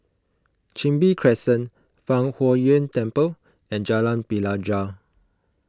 Chin Bee Crescent Fang Huo Yuan Temple and Jalan Pelajau